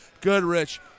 Goodrich